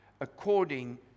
according